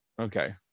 okay